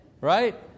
right